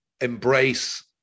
embrace